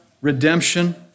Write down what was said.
redemption